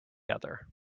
other